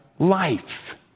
life